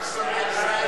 התשס"ג 2003,